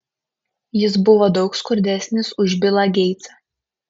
jis buvo daug skurdesnis už bilą geitsą